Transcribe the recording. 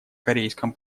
корейском